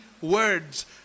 words